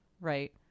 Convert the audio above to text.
right